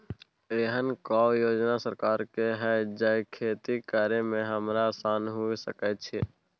एहन कौय योजना सरकार के है जै खेती करे में हमरा आसान हुए सके छै?